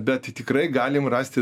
bet tai tikrai galim rasti